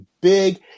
big